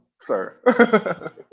sir